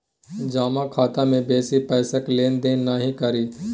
जमा खाता मे बेसी पैसाक लेन देन नहि करी